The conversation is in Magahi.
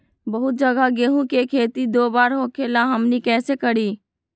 बहुत जगह गेंहू के खेती दो बार होखेला हमनी कैसे करी?